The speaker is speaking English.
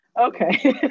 Okay